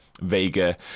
Vega